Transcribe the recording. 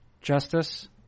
justice